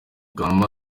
kanuma